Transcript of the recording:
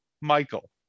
michael